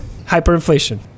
hyperinflation